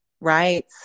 Right